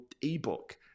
ebook